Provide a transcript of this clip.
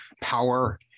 power